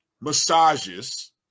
massages